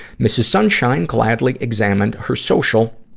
mrs. sunshine gladly examined her social,